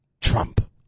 Trump